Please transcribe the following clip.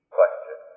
question